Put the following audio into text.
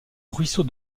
ruisseau